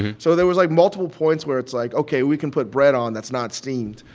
so there was, like, multiple points where it's, like, ok, we can put bread on that's not steamed.